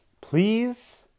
please